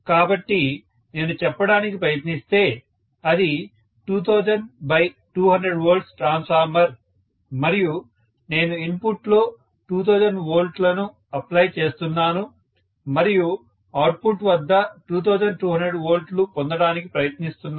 కాబట్టి నేను చెప్పడానికి ప్రయత్నిస్తే అది 2000200 V ట్రాన్స్ఫార్మర్ మరియు నేను ఇన్పుట్లో 2000 వోల్ట్లను అప్లై చేస్తున్నాను మరియు అవుట్పుట్ వద్ద 2200 వోల్ట్లను పొందటానికి ప్రయత్నిస్తున్నాను